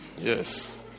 Yes